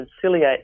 conciliate